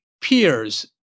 peers